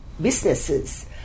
Businesses